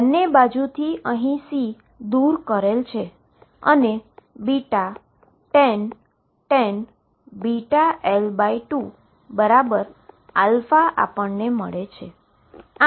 બંને બાજુથી C દુર કરેલ છે અને tan βL2 α આપણને મળે છે